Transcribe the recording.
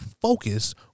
focus